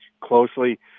closely